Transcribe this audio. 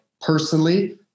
personally